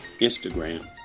Instagram